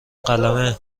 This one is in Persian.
قلمه